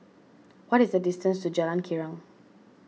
what is the distance to Jalan Girang